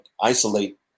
isolate